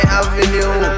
avenue